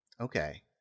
okay